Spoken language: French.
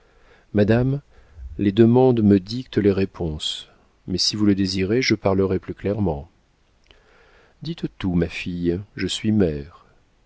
madame les demandes me dictent les réponses mais si vous le désirez je parlerai plus clairement dites tout ma fille je suis mère